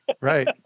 Right